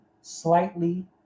Slightly